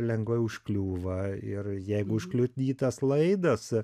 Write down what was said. lengvai užkliūva ir jeigu užkliudytas laidas